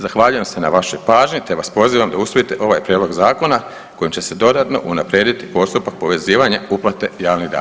Zahvaljujem se na vašoj pažnji, te vas pozivam da usvojite ovaj prijedlog zakona kojim će se dodatno unaprijediti postupak povezivanja uplate javnih davanja.